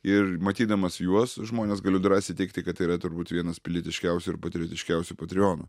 ir matydamas juos žmones galiu drąsiai teigti kad tai yra turbūt vienas pilietiškiausių ir patriotiškiausių patreonų